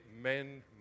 men